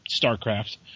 StarCraft